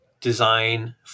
design